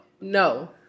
no